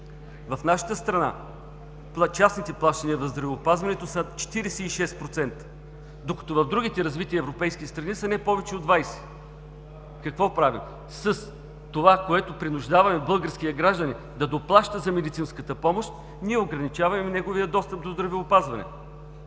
В нашата страна частните плащания в здравеопазването са 46%, докато в другите развити европейски страни са не повече от 20%. Какво правим? С това, че принуждаваме българския гражданин да доплаща за медицинската помощ, ограничаваме достъпа му до здравеопазване.